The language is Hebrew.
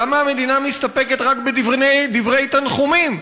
למה המדינה מסתפקת רק בדברי תנחומים?